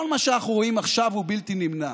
כל מה שאנחנו רואים עכשיו הוא בלתי נמנע,